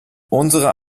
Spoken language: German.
unserer